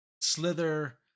Slither